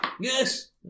Yes